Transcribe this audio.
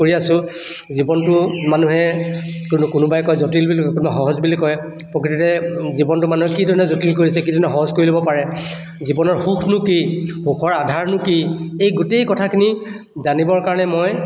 কৰি আছোঁ জীৱনটো মানুহে কোনো কোনোবাই কয় জটিল বুলি কোনোবাই সহজ বুলি কয় প্ৰকৃততে জীৱনটো মানুহে কিধৰণৰে জটিল কৰিছে কিদৰে সহজ কৰি ল'ব পাৰে জীৱনৰ সুখনো কি সুখৰ আধাৰনো কি এই গোটেই কথাখিনি জানিবৰ কাৰণে মই